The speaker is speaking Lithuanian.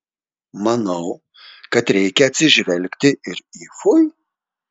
manau kad reikia atsižvelgti ir į fui